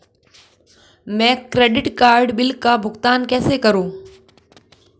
मैं credit card bill का भुगतान कैसे करूं?